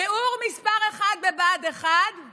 שיעור מס' 1 בבה"ד 1: